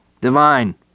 Divine